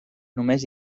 només